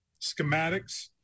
schematics